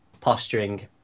posturing